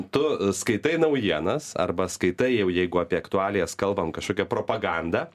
tu skaitai naujienas arba skaitai jau jeigu apie aktualijas kalbam kažkokią propagandą